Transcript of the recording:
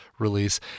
release